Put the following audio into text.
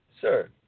Sir